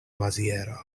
maziero